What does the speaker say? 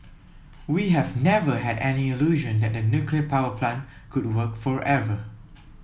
we have never had any illusion that the nuclear power plant could work forever